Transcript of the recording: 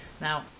Now